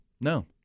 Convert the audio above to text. No